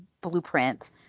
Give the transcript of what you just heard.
blueprint